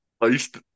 iced